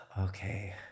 okay